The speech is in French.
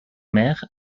maire